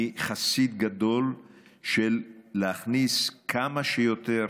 אני חסיד גדול של להכניס כמה שיותר